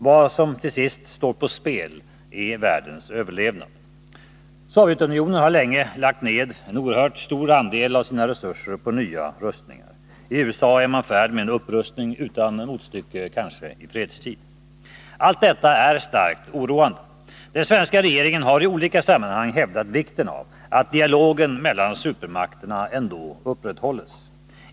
Vad som till sist står på spel är världens överlevnad. Sovjetunionen har länge lagt ned en oerhört stor andel av sina resurser på nya rustningar. I USA är man i färd med en upprustning utan motstycke i fredstid. Allt detta är starkt oroande. Den svenska regeringen har i olika sammanhang hävdat vikten av att dialogen mellan supermakterna ändå upprätthålls.